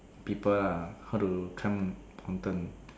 people ah how to climb mountain